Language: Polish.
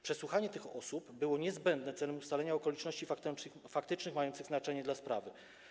Przesłuchanie tych osób było niezbędne celem ustalenia okoliczności faktycznych mających znaczenie dla sprawy.